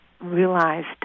realized